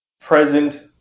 present